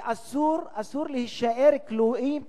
אסור להישאר כלואים,